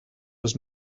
was